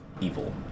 evil